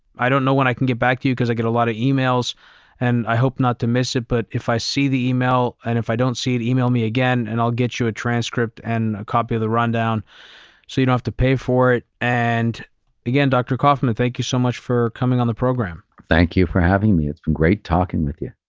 i don't know when i can get back to you because i get a lot of emails and i hope not to miss it. but if i see the email and if i don't see it, email me again and i'll get you a transcript and a copy of the rundown so you don't have to pay for it. again, dr. koffman, thank you so much for coming on the program. thank you for having me. it's been great talking with you.